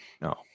No